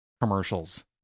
commercials